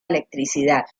electricidad